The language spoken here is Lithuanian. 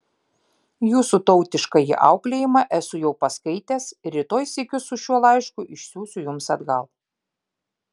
jūsų tautiškąjį auklėjimą esu jau paskaitęs ir rytoj sykiu su šiuo laišku išsiųsiu jums atgal